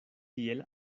tiel